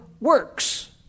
works